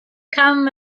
come